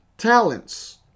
talents